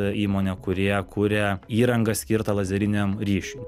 įmonę kurie kuria įrangą skirtą lazeriniam ryšiui